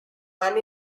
han